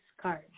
card